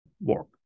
work